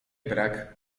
brak